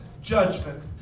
judgment